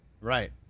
Right